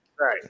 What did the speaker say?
Right